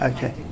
Okay